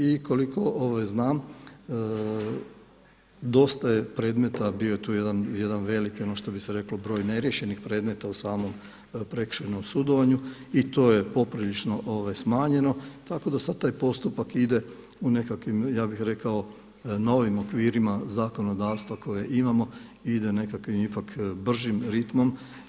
I koliko znam dosta je predmeta, bio je tu jedan, jedan veliki, ono što bi se reklo broj neriješenih predmeta u samom prekršajnom sudovanju i to je poprilično smanjeno tako da sada taj postupak ide u nekakvim, ja bih rekao novim okvirima zakonodavstva koje imamo, ide nekakvim ipak bržim ritmom.